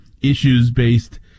issues-based